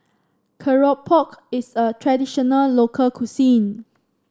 keropok is a traditional local cuisine